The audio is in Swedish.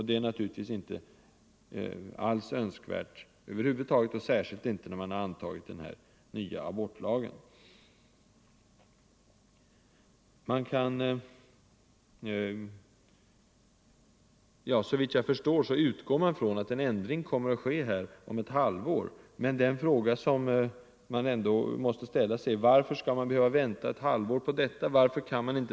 Det är naturligtvis inte önskvärt över huvud taget, särskilt inte när riksdagen nu har antagit den nya abortlagen. Såvitt jag förstår utgår man på läkarhåll från att en ändring kommer att ske om ett halvår, men frågan är ändå: Varför skall vi behöva vänta ett halvår på denna ändring?